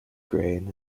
grain